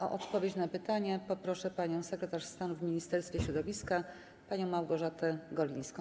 O odpowiedź na pytanie poproszę sekretarz stanu w Ministerstwie Środowiska panią Małgorzatę Golińską.